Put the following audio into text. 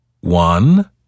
one